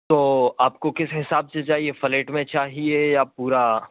تو آپ کو کس حساب سے چاہیے فلیٹ میں چاہیے یا پورا